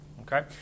Okay